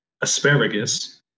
asparagus